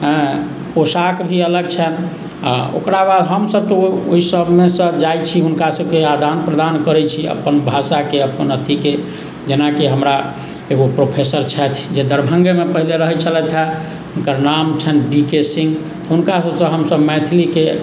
पोशाक भी अलग छनि आओर ओकरा बाद हमसब तऽ ओहि सबमेसँ जाइ छी हुनका सबसँ आदान प्रदान करै छी अपन भाषाके अपन अथीके जेनाकि हमरा एगो प्रोफेसर छथि जे दरभङ्गेमे पहले रहै छलथि अइ हुनकर नाम छनि बीके सिँह हुनका सबसँ हम सब मैथिलीके